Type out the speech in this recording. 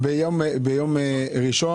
ביום ראשון,